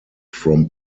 from